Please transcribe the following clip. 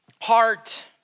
heart